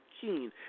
keen